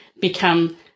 become –